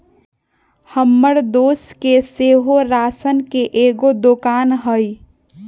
हमर दोस के सेहो राशन के एगो दोकान हइ